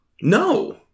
no